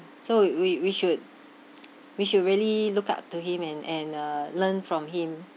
so we we we should we should really look up to him and and uh learn from him